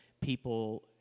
people